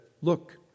look